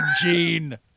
Gene